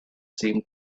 seemed